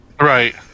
Right